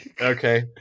okay